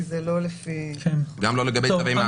כי זה לא לפי --- גם לא לגבי צווי מעצר.